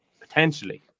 Potentially